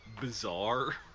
Bizarre